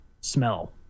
smell